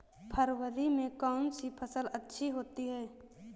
फरवरी में कौन सी फ़सल अच्छी होती है?